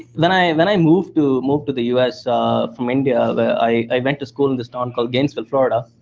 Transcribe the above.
when i mean i moved to moved to the us from india, i went to school in this town called gainesville, florida.